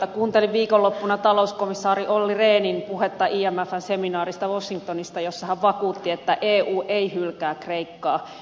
kuuntelin viikonloppuna talouskomissaari olli rehnin puhetta imfn seminaarista washingtonista jossa hän vakuutti että eu ei hylkää kreikkaa